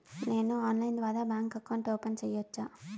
నేను ఆన్లైన్ ద్వారా bank account open సేయొచ్చా?